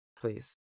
please